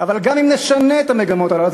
אבל גם אם נשנה את המגמות הללו,